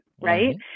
right